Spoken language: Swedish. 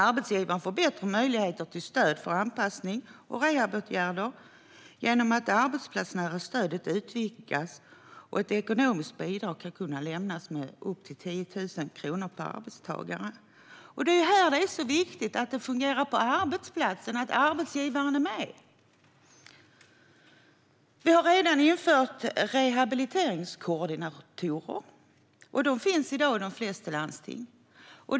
Arbetsgivaren får bättre möjligheter till stöd för anpassnings och rehabåtgärder genom att det arbetsplatsnära stödet utvidgas och genom att ett ekonomiskt bidrag ska kunna lämnas med upp till 10 000 kronor per arbetstagare. Det är här det är så viktigt att det fungerar på arbetsplatserna och att arbetsgivaren är med. Vi har redan infört rehabiliteringskoordinatorer, och de finns i dag i de flesta landsting.